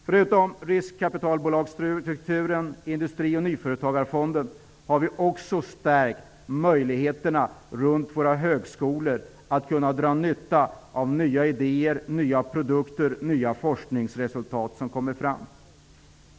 Förutom riskkapitalbolagsstrukturen och Industrioch nyföretagarfonden har vi också stärkt möjligheterna runt våra högskolor att kunna dra nytta av de nya idéer, nya produkter och nya forskningsresultat som kommer fram.